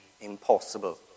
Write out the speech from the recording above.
impossible